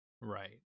right